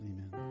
Amen